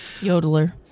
yodeler